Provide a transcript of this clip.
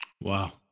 Wow